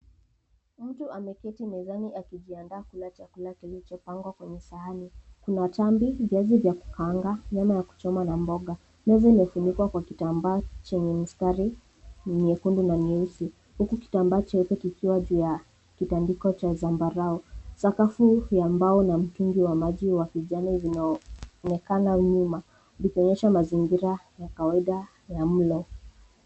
Mtu ameketi mezani akijiandaa kula chakula kilichopangwa kwenye sahani. Kuna tambi, viazi vya kukaanga, nyama wa kuchoma na mboga. Meza imefunikwa kwa kitamba chenye mistari myekundu na myeusi, huku kitamba cheupe kikiwa juu ya kitandiko cha zambarao. Sakafu ya mbao na mtungi wa maji wa kijani zinaonekana nyuma, vikionyeshwa mazingira ya kawaida ya mlo.